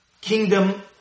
kingdom